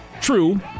True